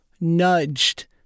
nudged